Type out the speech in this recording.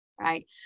right